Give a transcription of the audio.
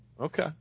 Okay